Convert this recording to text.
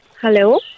Hello